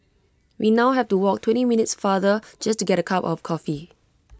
we now have to walk twenty minutes farther just to get A cup of coffee